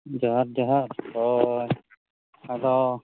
ᱡᱚᱦᱟᱨ ᱡᱚᱦᱟᱨ ᱟᱫᱚ